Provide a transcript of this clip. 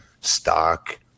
Stock